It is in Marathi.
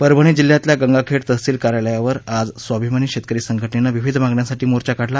परभणी जिल्ह्यातल्या गंगाखेड तहसिल कार्यालयावर आज स्वाभीमानी शेतकरी संघटनेनं विविध मागण्यांसाठी मोर्चा काढला